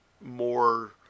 more